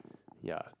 ya